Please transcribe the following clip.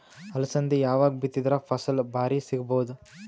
ಅಲಸಂದಿ ಯಾವಾಗ ಬಿತ್ತಿದರ ಫಸಲ ಭಾರಿ ಸಿಗಭೂದು?